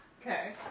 okay